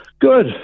Good